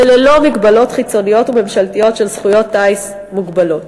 וללא מגבלות חיצוניות וממשלתיות של זכויות טיס מוגבלות.